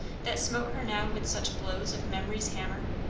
that smote her now with such blows of memory's hammer?